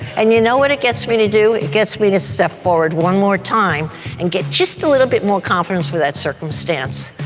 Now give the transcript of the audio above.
and you know what it gets me to do? it gets me to step forward one more time and get just a little bit more conference with that circumstance,